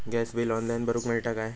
Gas bill online भरुक मिळता काय?